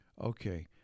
Okay